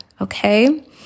okay